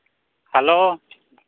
hello